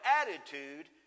attitude